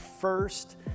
first